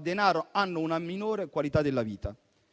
denaro; hanno una minore qualità della vita.